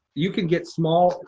you can get small,